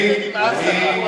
אני רואה שנמאס לך.